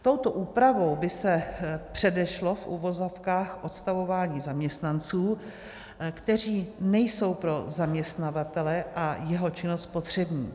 Touto úpravou by se předešlo v uvozovkách odstavování zaměstnanců, kteří nejsou pro zaměstnavatele a jeho činnost potřební.